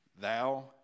Thou